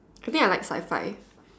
I think I like Sci-Fi